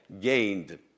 gained